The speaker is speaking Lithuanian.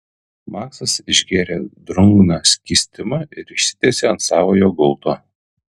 maksas išgėrė drungną skystimą ir išsitiesė ant savojo gulto